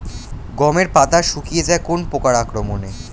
গমের পাতা শুকিয়ে যায় কোন পোকার আক্রমনে?